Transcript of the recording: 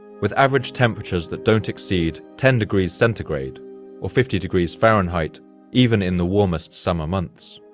with average temperatures that don't exceed ten degrees centigrade or fifty degrees fahrenheit even in the warmest summer months.